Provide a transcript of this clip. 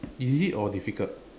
easy or difficult